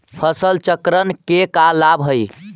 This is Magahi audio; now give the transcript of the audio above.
फसल चक्रण के का लाभ हई?